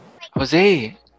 Jose